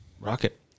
rocket